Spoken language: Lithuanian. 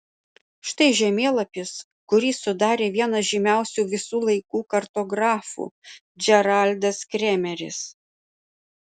štai žemėlapis kurį sudarė vienas žymiausių visų laikų kartografų džeraldas kremeris